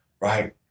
Right